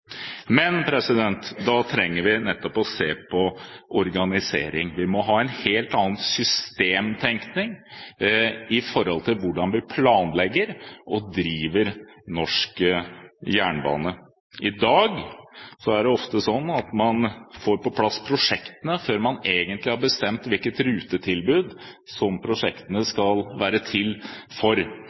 Da trenger vi nettopp å se på organisering. Vi må ha en helt annen systemtenkning med hensyn til hvordan vi planlegger og driver norsk jernbane. I dag er det ofte slik at man får på plass prosjektene før man egentlig har bestemt hvilket rutetilbud prosjektene skal være til for.